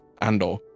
Andor